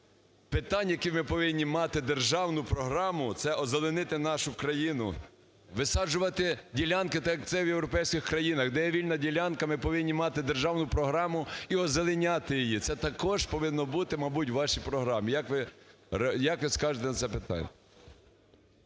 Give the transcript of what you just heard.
питань, які... ми повинні мати державну програму – це озеленити нашу країну, висаджувати ділянки так, як це в європейських країнах. Де є вільна ділянка, ми повинні мати державну програму і озеленяти її. Це також повинно бути, мабуть, у вашій програмі. Як ви скажете на це питання?